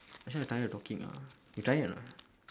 actually I tired of talking ah you tired or not